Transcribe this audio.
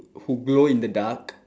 who glow in the dark